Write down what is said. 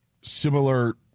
similar